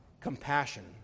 compassion